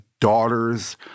daughter's